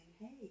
hey